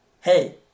hey